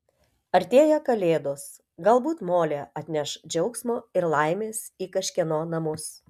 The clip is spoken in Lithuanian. artėja kalėdos galbūt molė atneš džiaugsmo ir laimės į kažkieno namus